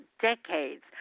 decades